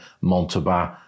Montauban